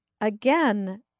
again